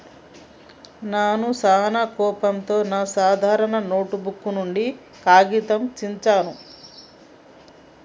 నాను సానా కోపంతో నా సాదా నోటుబుక్ నుండి కాగితాన్ని చించాను